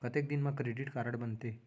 कतेक दिन मा क्रेडिट कारड बनते?